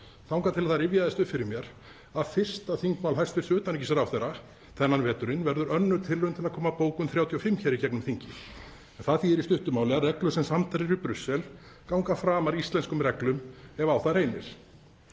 þangað til það rifjaðist upp fyrir mér að fyrsta þingmál hæstv. utanríkisráðherra þennan veturinn verður önnur tilraun til að koma bókun 35 í gegnum þingið, en það þýðir í stuttu máli að reglur sem samdar eru í Brussel ganga framar íslenskum reglum ef á það reynir.